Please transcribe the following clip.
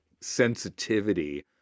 sensitivity